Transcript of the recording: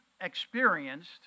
experienced